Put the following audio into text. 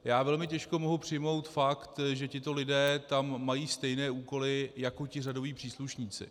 Já velmi těžko mohu přijmout fakt, že tito lidé tam mají stejné úkoly jako ti řadoví příslušníci.